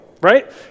right